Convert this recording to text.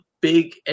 big